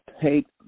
take